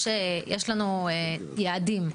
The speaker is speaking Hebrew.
יש לנו יעדים.